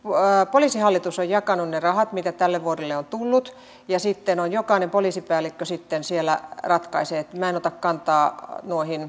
poliisihallitus on jakanut ne rahat mitä tälle vuodelle on tullut ja sitten jokainen poliisipäällikkö siellä ratkaisee minä en ota kantaa